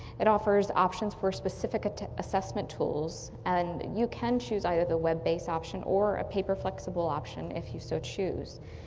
it offers options for specific assessment tools, and you can choose either the web based option or a paper flexible option if you so choose.